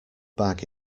bag